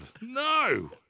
No